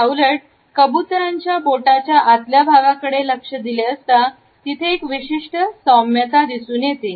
याउलट कबूतरांच्या बोटाच्या आतल्या भागाकडे लक्ष दिले असता तिथे एक विशिष्ट सौम्यता दिसून येते